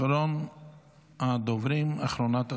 אחרונת הדוברים,